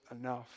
enough